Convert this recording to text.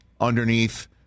underneath